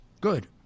good